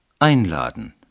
Einladen